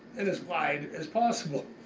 and as wide as possible.